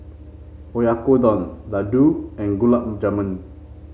Oyakodon Ladoo and Gulab Jamun